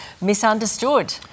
misunderstood